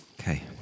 Okay